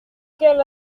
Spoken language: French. quelle